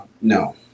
No